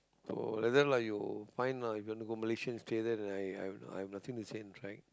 so like that lah you find lah if you want to go Malaysian stay there I I got nothing to say in fact